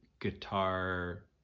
guitar